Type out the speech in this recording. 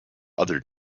other